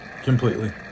completely